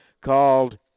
called